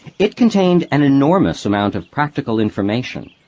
it contained an enormous amount of practical information,